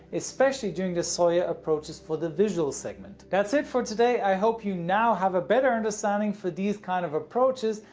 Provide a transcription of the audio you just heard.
especially during the soia approaches for the visual segment. that's it for today, i hope you now have a better understanding for these kind of approaches.